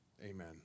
Amen